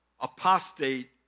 Apostate